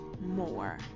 more